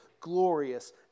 glorious